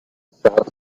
سبز